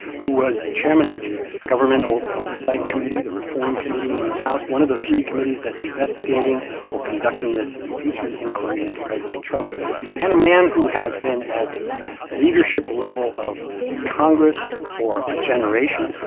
who was chairman of the government oversight committee, the reform committee in the house, one of the three committees that's investigating or conducting this impeachment inquiry into president trump and a man who has been at the leadership level of ah congress for a generation.